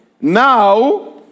Now